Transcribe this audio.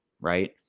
right